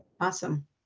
Awesome